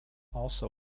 also